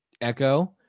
Echo